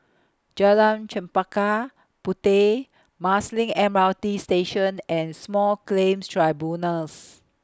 Jalan Chempaka Puteh Marsiling M R T Station and Small Claims Tribunals